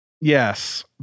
yes